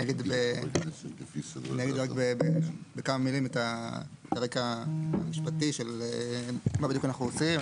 אני אגיד בכמה מילים את הרקע המשפטי של מה בדיוק אנחנו עושים,